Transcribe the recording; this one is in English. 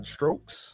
Strokes